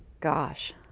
gosh,